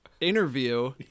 interview